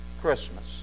Christmas